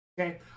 Okay